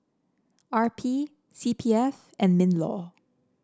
R P C P F and Minlaw